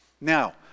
Now